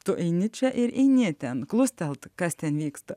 tu eini čia ir eini ten klustelti kas ten vyksta